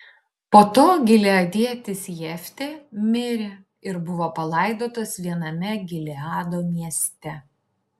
po to gileadietis jeftė mirė ir buvo palaidotas viename gileado mieste